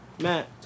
Matt